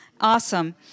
Awesome